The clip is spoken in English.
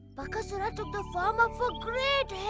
bakasura took the form of a great